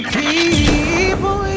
people